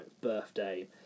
birthday